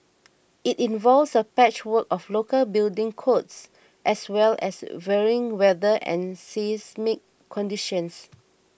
it involves a patchwork of local building codes as well as varying weather and seismic conditions